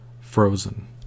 frozen